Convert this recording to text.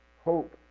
Hope